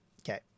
Okay